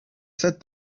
said